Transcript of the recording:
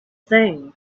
thing